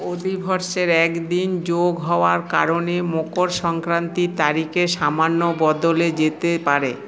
অধিবর্ষে একদিন যোগ হওয়ার কারণে মকর সংক্রান্তির তারিখে সামান্য বদলে যেতে পারে